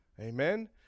Amen